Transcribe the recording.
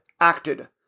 acted